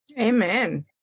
Amen